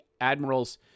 Admirals